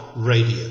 Radio